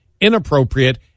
inappropriate